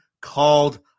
called